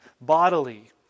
bodily